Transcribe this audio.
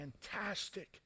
fantastic